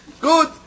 Good